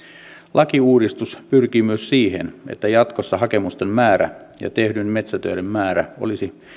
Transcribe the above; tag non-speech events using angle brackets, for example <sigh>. lakiuudistus pyrkii myös siihen että jatkossa hakemusten määrä <unintelligible> ja tehtyjen metsätöiden määrä olisivat